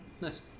nice